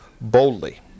boldly